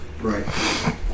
Right